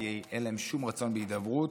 כי אין להם שום רצון בהידברות,